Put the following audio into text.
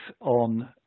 on